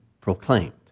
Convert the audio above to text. proclaimed